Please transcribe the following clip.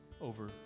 over